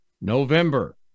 November